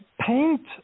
paint